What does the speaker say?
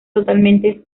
totalmente